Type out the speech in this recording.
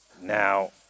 Now